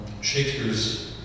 Shakespeare's